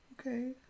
Okay